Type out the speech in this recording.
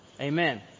Amen